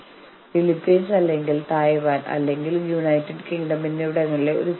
distributive അല്ലെങ്കിൽ integrative